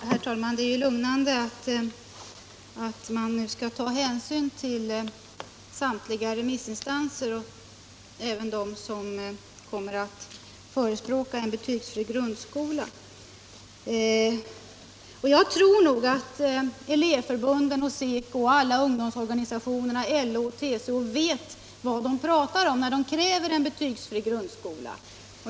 Herr talman! Det är ju lugnande att man skall ta hänsyn till samtliga remissinstanser, även de som kommer att förespråka en betygsfri grundskola. Jag tror att elevförbunden inkl. SECO, alla ungdomsorganisationerna, LO och TCO vet vad de talar om när de kräver en betygsfri grundskola.